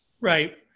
Right